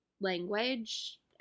language